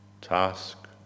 task